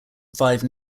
five